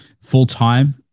full-time